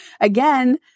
again